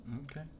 Okay